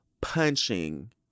punching